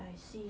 I see